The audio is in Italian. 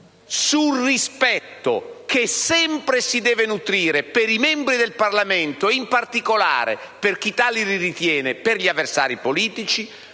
sul rispetto che sempre si deve nutrire per i membri del Parlamento, in particolare - per chi tali li ritiene - per gli avversari politici,